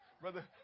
Brother